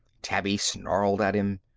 tabby snarled at him.